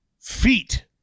feet